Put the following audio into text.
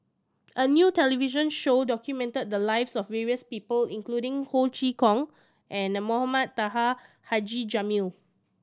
a new television show documented the lives of various people including Ho Chee Kong and Mohamed Taha Haji Jamil